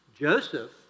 Joseph